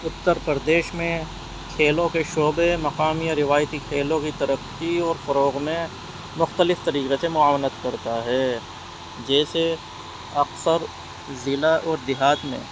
اتر پردیش میں کھیلوں کے شعبے مقامی روایتی کھیلوں کی ترقی اور فروغ میں مختلف طریقے سے معت کرتا ہے جیسے اکثر ضلع اور دیہات میں